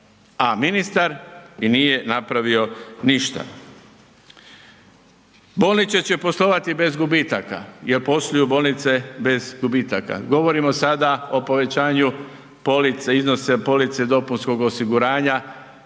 A ministar nije napravio ništa. Bolnice će poslovati bez gubitaka. Jel postoje bolnice bez gubitaka? Govorimo sada o povećanju iznosa police dopunskog osiguranja,